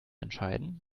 entscheiden